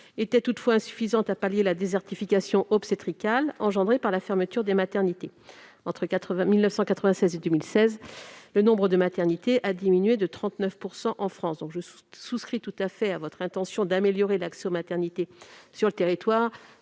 étaient toutefois insuffisantes pour pallier la désertification obstétricale engendrée par la fermeture des maternités : entre 1996 et 2016, le nombre de maternités a diminué de 39 % en France. Je souscris à votre intention d'améliorer l'accès aux maternités sur le territoire.